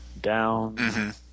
down